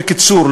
בקיצור,